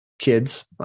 kids